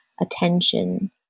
attention